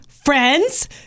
Friends